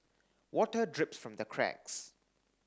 water drips from the cracks